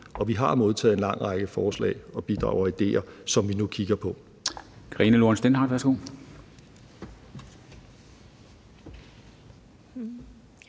Og vi har modtaget en lang række forslag, bidrag og ideer, som vi nu kigger på.